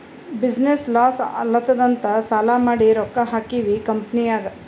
business loss ಆಲಾತ್ತುದ್ ಅಂತ್ ಸಾಲಾ ಮಾಡಿ ರೊಕ್ಕಾ ಹಾಕಿವ್ ಕಂಪನಿನಾಗ್